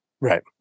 Right